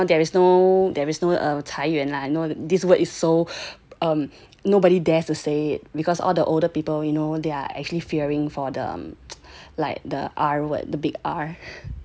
like the R word like the big R